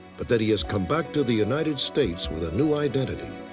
but that he has come back to the united states with a new identity.